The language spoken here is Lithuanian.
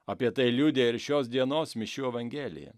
apie tai liudija ir šios dienos mišių evangelija